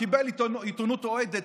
שהוא קיבל עיתונות אוהדת,